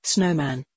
Snowman